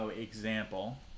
example